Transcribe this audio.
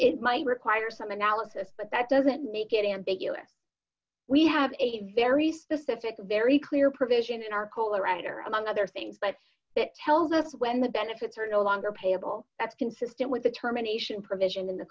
it might require some analysis but that doesn't make it ambiguous we have a very specific very clear provision in arcola writer among other things but it tells us when the benefits are no longer payable that's consistent with the terminations provision in the